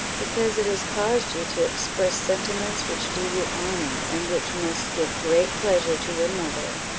because it has caused you to express sentiments which do you honour, and which must give great pleasure to your mother.